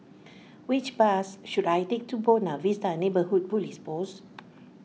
which bus should I take to Buona Vista Neighbourhood Police Post